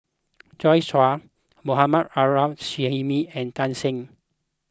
Joi Chua Mohammad Arif Suhaimi and Tan Shen